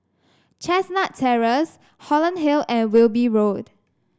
Chestnut Terrace Holland Hill and Wilby Road